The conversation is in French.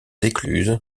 écluses